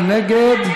מי נגד?